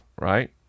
right